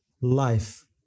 life